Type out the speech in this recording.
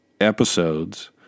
episodes